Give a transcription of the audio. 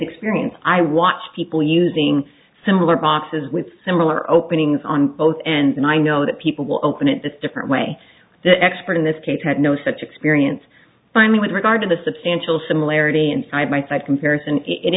experience i watch people using similar boxes with similar openings on both ends and i know that people will open it the different way the expert in this case had no such experience finally with regard to the substantial similarity and side by side comparison